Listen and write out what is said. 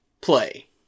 play